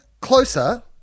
closer